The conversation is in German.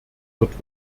wird